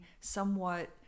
somewhat